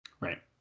Right